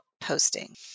Posting